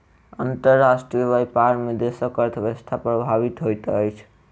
अंतर्राष्ट्रीय व्यापार में देशक अर्थव्यवस्था प्रभावित होइत अछि